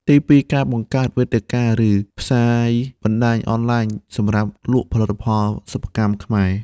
ទីពីរ ការបង្កើតវេទិកា ឬផ្សារបណ្តាញអនឡាញសម្រាប់លក់ផលិតផលសិប្បកម្មខ្មែរ។